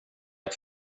att